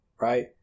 right